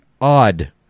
odd